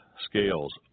scales